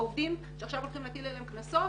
העובדים שעכשיו הולכים להטיל עליהם קנסות